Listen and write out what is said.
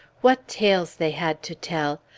what tales they had to tell!